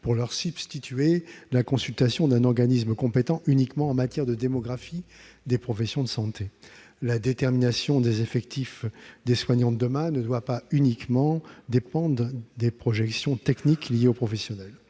pour leur substituer la consultation d'un organisme compétent uniquement en matière de démographie des professions de santé. La détermination des effectifs des soignants de demain ne doit pas uniquement dépendre de projections techniques liées aux professionnels